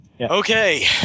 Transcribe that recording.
Okay